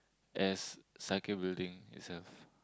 as sakae building itself